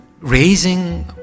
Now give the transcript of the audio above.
raising